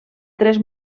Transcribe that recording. tres